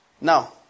Now